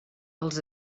els